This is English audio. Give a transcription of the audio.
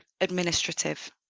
administrative